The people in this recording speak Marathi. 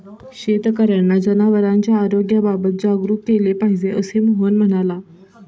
शेतकर्यांना जनावरांच्या आरोग्याबाबत जागरूक केले पाहिजे, असे मोहन म्हणाला